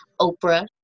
Oprah